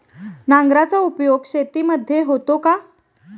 नांगराचा उपयोग शेतीमध्ये होतो का?